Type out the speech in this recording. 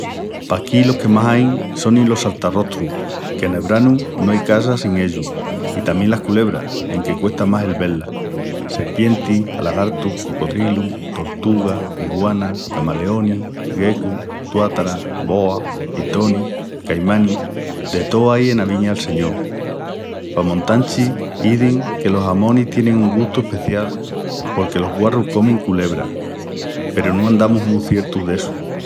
Paquí los que más ain sonin los saltarrostrus que nel branu no ai casa sin ellus i tamién las culebras, enque cuesta más el vé-las. Serpientis, alagartus, cocodrilus, tortugas, iguanas, camaleonis, geckus, tuátaras, boas, pitonis, caimanis, de tó ai ena viña'l Señol. Pa Montanchi izin que los jamonis tienin un gustu especial porque los guarrus comin culebras peru no estamus mu ciertus d'essu.